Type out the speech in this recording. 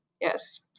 Yes